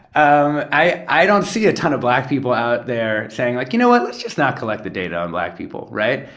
um i i don't see a ton of black people out there saying, like, you know what? let's just not collect the data on black people, right?